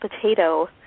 potato